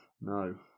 no